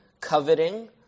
coveting